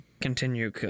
continue